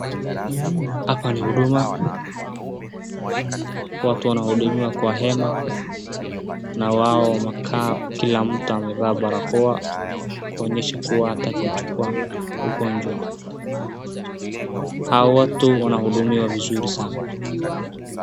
Hapa ni huduma, watu wanahudumiwa kwa hema na wao wamekaa kila mtu amevaa barakoa kuonyesha kuwa hataki kuchukua ugonjwa. hao watu wanahudumiwa vizuri sana.